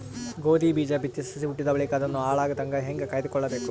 ಗೋಧಿ ಬೀಜ ಬಿತ್ತಿ ಸಸಿ ಹುಟ್ಟಿದ ಬಳಿಕ ಅದನ್ನು ಹಾಳಾಗದಂಗ ಹೇಂಗ ಕಾಯ್ದುಕೊಳಬೇಕು?